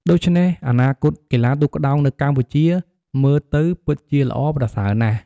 ដូច្នេះ អនាគតកីឡាទូកក្ដោងនៅកម្ពុជាមើលទៅពិតជាល្អប្រសើរណាស់។